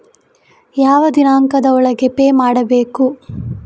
ಯಾವ ದಿನಾಂಕದ ಒಳಗೆ ಪೇ ಮಾಡಬೇಕು?